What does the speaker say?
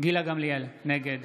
נגד